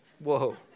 Whoa